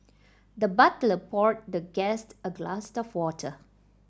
the butler poured the guest a glass of water